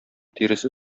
тиресе